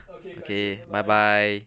okay 改次 bye bye